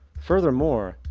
furthermore,